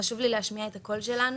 חשוב לי להשמיע את הקול שלנו,